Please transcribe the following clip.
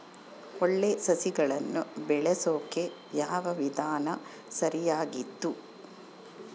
ಒಳ್ಳೆ ಸಸಿಗಳನ್ನು ಬೆಳೆಸೊಕೆ ಯಾವ ವಿಧಾನ ಸರಿಯಾಗಿದ್ದು?